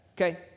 Okay